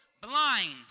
blind